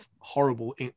horrible